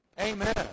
Amen